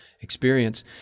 experience